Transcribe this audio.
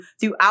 throughout